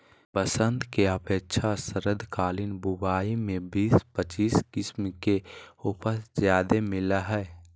बसंत के अपेक्षा शरदकालीन बुवाई में बीस पच्चीस किस्म के उपज ज्यादे मिलय हइ